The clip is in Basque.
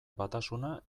batasuna